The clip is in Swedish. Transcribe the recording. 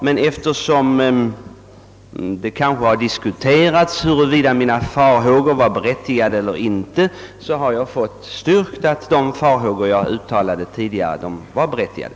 Men det kunde kanske diskuterats huruvida mina farhågor var berättigade eller inte. Jag har nu fått bestyrkt att de tyvärr var berättigade.